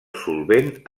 solvent